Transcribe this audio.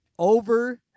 Over